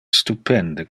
stupende